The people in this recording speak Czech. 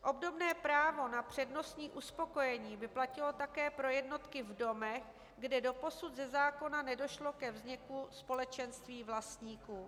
Obdobné právo na přednostní uspokojení by platilo také pro jednotky v domech, kde doposud ze zákona nedošlo ke vzniku společenství vlastníků.